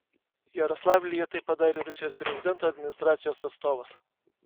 jaroslavlyje tai padarė rusijos prezidento administracijos atstovas